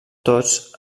tots